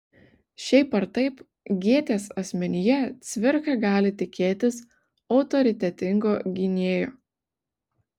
šiaip ar taip gėtės asmenyje cvirka gali tikėtis autoritetingo gynėjo